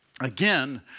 again